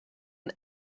and